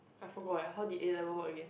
I forgot how did A-level work again